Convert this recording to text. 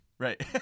Right